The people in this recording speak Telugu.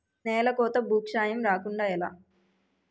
నేలకోత భూక్షయం రాకుండ ఎలా?